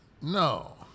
No